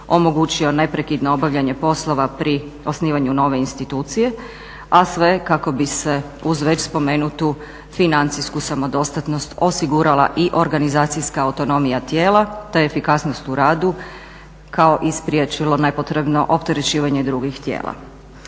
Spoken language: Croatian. omogućio neprekidno obavljanje poslova pri osnivanju nove institucije, a sve kako bi se uz već spomenutu financijsku samodostatnost osigurala i organizacijska autonomija tijela, te efikasnost u radu kao i spriječilo nepotrebno opterećivanje drugih tijela.